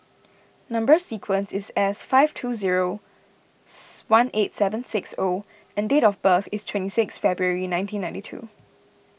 Number Sequence is S five two zero one eight seven six O and date of birth is twenty six February nineteen ninety two